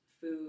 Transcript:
food